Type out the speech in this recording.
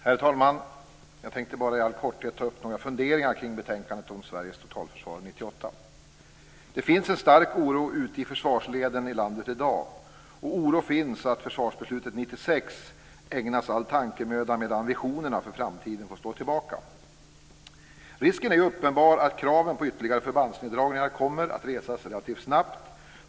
Herr talman! Jag skall i all korthet framföra några funderingar kring betänkandet om Sveriges totalförsvar 1998. Det finns i dag en stark oro i försvarsleden ute i vårt land. Farhågor finns för att all tankemöda ägnas åt 1996 års försvarsbeslut medan visionerna inför framtiden får stå tillbaka. Det är en uppenbar risk för att krav på ytterligare förbandsneddragningar kommer att resas relativt snabbt.